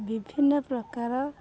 ବିଭିନ୍ନ ପ୍ରକାର